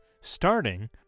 starting